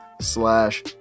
slash